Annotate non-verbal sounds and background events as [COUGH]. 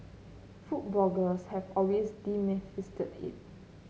food bloggers have always [UNINTELLIGIBLE] it